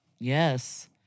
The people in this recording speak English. Yes